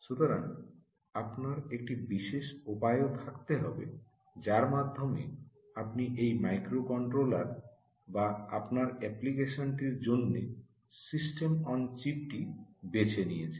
সুতরাং আপনার একটি বিশেষ উপায়ও থাকতে হবে যার মাধ্যমে আপনি এই মাইক্রোকন্ট্রোলার বা আপনার অ্যাপ্লিকেশনটির জন্য সিস্টেম অন চিপটি বেছে নিয়েছেন